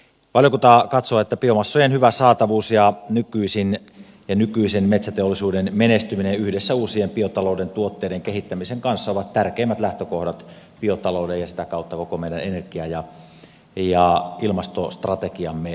valiokunta katsoo että biomassojen hyvä saatavuus ja nykyisen metsäteollisuuden menestyminen yhdessä uusien biotalouden tuotteiden kehittämisen kanssa ovat tärkeimmät lähtökohdat biotalouden ja sitä kautta koko meidän energia ja ilmastostrategiamme edistämisessä